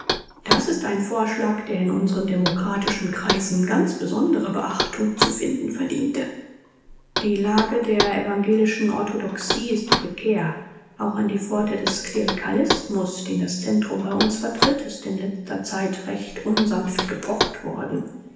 das ist ein vorschlag der in unseren demokratischen kreisen ganz besondere beachtung zu finden verdiente die lage der evangelischen orthodoxie ist prekär auch an die pforte des klerikalismus den das zentrum bei uns vertritt ist in letzter zeit recht unsanft gepocht worden